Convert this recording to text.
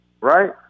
right